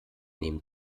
nehmen